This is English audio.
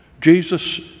Jesus